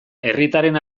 herritarren